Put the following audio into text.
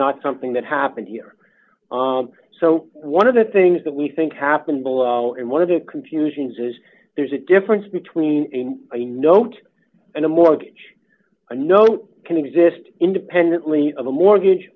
not something that happened here so one of the things that we think happened in one of the confusions is there's a difference between a note and a mortgage a note can exist independently of a mortgage